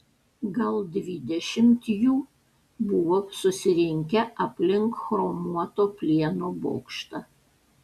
gal dvidešimt jų buvo susirinkę aplink chromuoto plieno bokštą